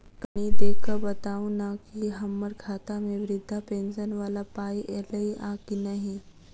कनि देख कऽ बताऊ न की हम्मर खाता मे वृद्धा पेंशन वला पाई ऐलई आ की नहि?